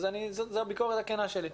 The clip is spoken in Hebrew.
אז זו הביקורת הכנה שלי.